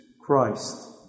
Christ